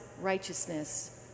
righteousness